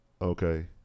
Okay